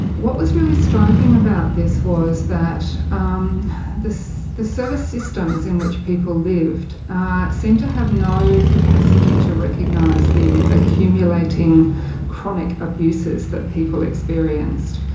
what was really striking about this was that the the service systems in which people lived seemed to have no capacity to recognise the accumulating chronic abuses that people experienced.